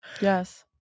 Yes